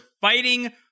fighting